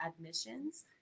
admissions